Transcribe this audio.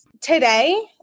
Today